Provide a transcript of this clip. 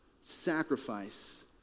sacrifice